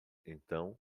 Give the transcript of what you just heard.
então